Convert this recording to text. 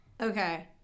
Okay